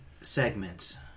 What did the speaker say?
segments